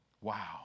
Wow